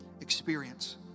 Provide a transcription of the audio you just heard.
experience